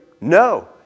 No